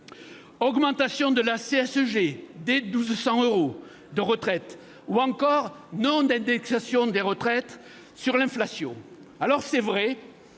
qui touchent plus de 1 200 euros de retraite, ou encore non-indexation des retraites sur l'inflation. Alors, c'est vrai